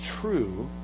true